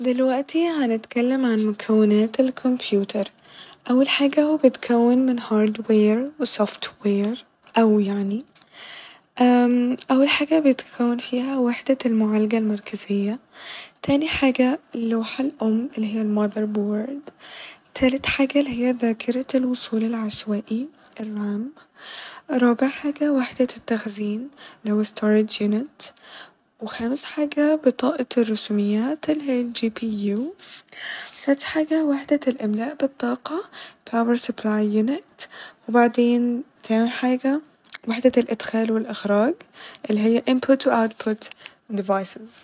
دلوقتي هنتكلم عن مكونات الكمبيوتر ، أول حاجة هو بيتكون من هارد وير و سوفت وير أو يعني، أول حاجة بيتكون فيها وحدة المعالجة المركزية تاني حاجة اللوحة الأم اللي هي المازر بورد تالت حاجة اللي هي ذاكرة الوصول العشوائي الرام رابع حاجة وحدة التخزين اللي هو الستورج يونت وخامس حاجة بطاقة الرسوميات اللي هي الجي بي يو سادس حاجة وحدة الإملاء بالطاقة باور سابلاي يونيت وبعدين تاني حاجة وحدة الإدخال والإخراج اللي هي ان بوت وأوت بوت ديفايسيس